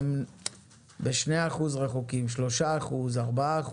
ב-2% רחוקים, 3%, 4%,